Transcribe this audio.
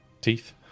teeth